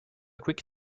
quick